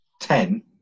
ten